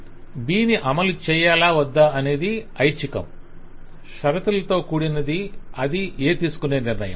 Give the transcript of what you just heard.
B ను అమలు చేయాలా వద్దా అనేది ఐచ్ఛికం షరతులతో కూడినది అది A తీసుకొనే నిర్ణయం